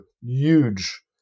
huge